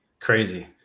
crazy